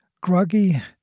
groggy